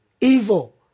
Evil